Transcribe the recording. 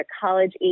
college